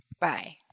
Bye